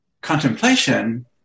contemplation